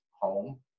home